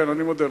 אני מודה לך.